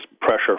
pressure